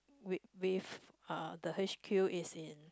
wi~ with uh the H_Q is in